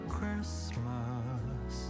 Christmas